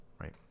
right